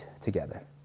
together